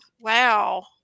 wow